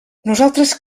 nosaltres